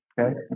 Okay